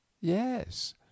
Yes